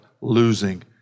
losing